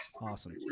Awesome